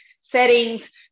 settings